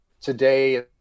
today